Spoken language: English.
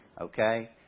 okay